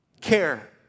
care